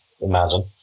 imagine